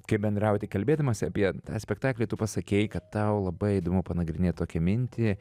kaip bendrauti kalbėdamas apie tą spektaklį tu pasakei kad tau labai įdomu panagrinėt tokią mintį